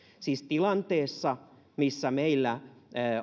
siis tilanteessa missä meillä